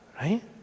right